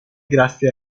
grazie